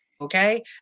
Okay